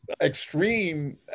extreme